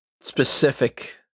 Specific